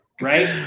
right